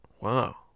Wow